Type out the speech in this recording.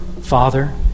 Father